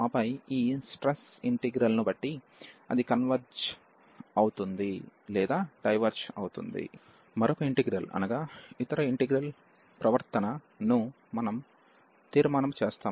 ఆపై ఈ stress integral ను బట్టి అది కన్వెర్జ్ అవుతుంది లేదా డైవెర్జ్ అవుతుంది మరొక ఇంటిగ్రల్ అనగా ఇతర ఇంటిగ్రల్ ప్రవర్తనను మనం తీర్మానము చేస్తాము